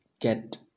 get